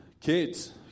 kids